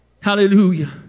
Hallelujah